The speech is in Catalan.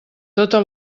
tota